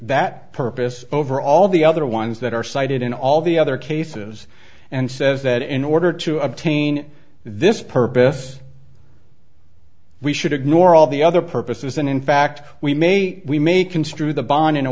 that purpose over all the other ones that are cited in all the other cases and says that in order to obtain this purpose we should ignore all the other purposes and in fact we may we make construe the bond in a